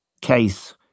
case